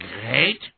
great